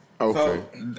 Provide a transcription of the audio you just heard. Okay